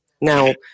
Now